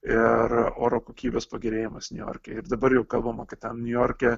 ir oro kokybės pagerėjimas niujorke ir dabar jau kalbama kad ten niujorke